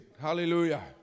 hallelujah